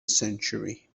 century